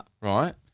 Right